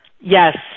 Yes